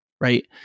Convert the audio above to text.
right